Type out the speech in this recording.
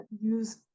use